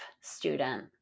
student